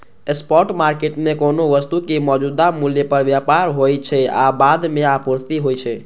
spot market मे कोनो वस्तुक मौजूदा मूल्य पर व्यापार होइ छै आ बाद मे आपूर्ति होइ छै